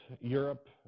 Europe